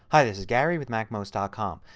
hi, this is gary with macmost ah com.